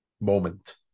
moment